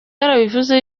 yarabivuze